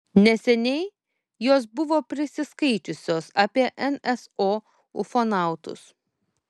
neseniai jos buvo prisiskaičiusios apie nso ufonautus